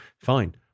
fine